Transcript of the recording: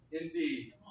indeed